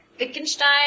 Wittgenstein